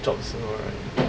jobs 时候 right